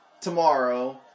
tomorrow